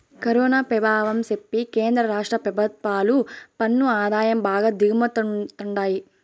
corona పెభావం సెప్పి కేంద్ర రాష్ట్ర పెభుత్వాలు పన్ను ఆదాయం బాగా దిగమింగతండాయి